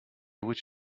which